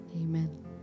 Amen